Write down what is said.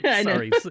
Sorry